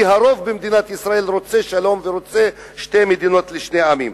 כי הרוב במדינת ישראל רוצה שלום ורוצה שתי מדינות לשני עמים.